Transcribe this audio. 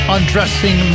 Undressing